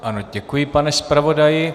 Ano, děkuji, pane zpravodaji.